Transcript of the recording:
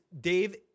Dave